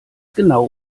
genau